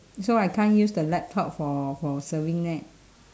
so I can't use the laptop for for surfing net